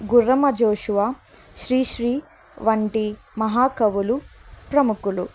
గుర్రం జాషువా శ్రీశ్రీ వంటి మహాకవులు ప్రముఖలు